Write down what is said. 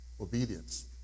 obedience